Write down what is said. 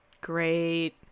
great